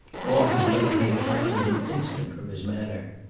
all his levity had gone in an instant from his manner.